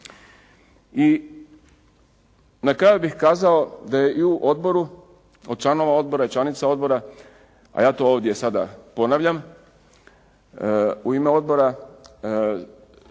I na kraju bih kazao da je i u odboru, od članova odbora i članica odbora, a ja to sada ovdje ponavljam u ime odbora